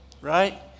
right